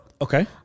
Okay